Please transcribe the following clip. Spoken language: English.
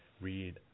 Read